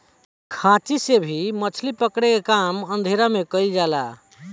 खांची से भी मछली पकड़े के काम अंधेरा में कईल जाला